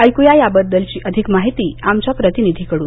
ऐकू या याबद्दलची अधिक माहिती आमच्या प्रतिनिधीकडून